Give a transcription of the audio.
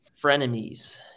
Frenemies